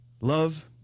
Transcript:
Love